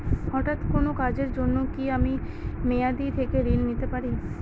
হঠাৎ কোন কাজের জন্য কি আমি মেয়াদী থেকে ঋণ নিতে পারি?